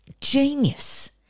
Genius